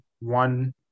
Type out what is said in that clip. one